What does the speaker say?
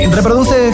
Reproduce